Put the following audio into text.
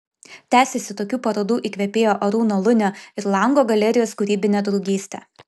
tęsiasi tokių parodų įkvėpėjo arūno lunio ir lango galerijos kūrybinė draugystė